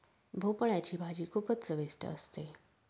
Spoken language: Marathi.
भोपळयाची भाजी खूपच चविष्ट असते